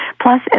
Plus